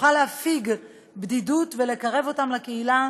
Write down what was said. תוכל להפיג בדידות ולקרב אותם לקהילה